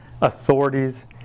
authorities